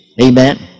Amen